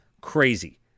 Crazy